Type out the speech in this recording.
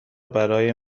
برای